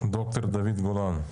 ד"ר דוד גולן.